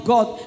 God